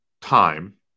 time